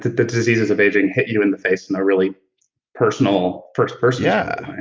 the diseases of aging hit you in the face in a really personal. first person yeah.